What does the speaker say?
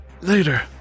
Later